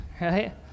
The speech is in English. right